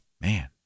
Man